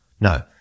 No